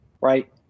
right